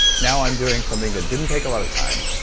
now i'm doing something that didn't take a lot of time,